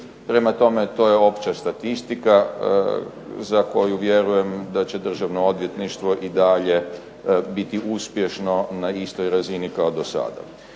prema tome, to je opća statistika za koju vjerujem da će državno odvjetništvo i dalje biti uspješno na istoj razini kao do sada.